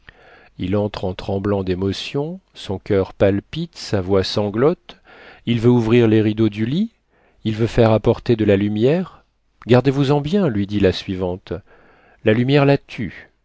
il entre en tremblant d'émotion son coeur palpite sa voix sanglote il veut ouvrir les rideaux du lit il veut faire apporter de la lumière gardez-vous-en bien lui dit la suivante la lumière